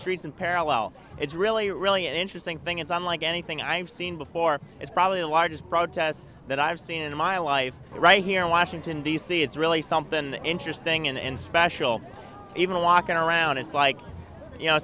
streets and parallel it's really really an interesting thing it's unlike anything i've seen before it's probably the largest protests that i've seen in my life right here in washington d c it's really something interesting and special even walking around it's like you know